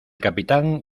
capitán